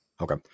Okay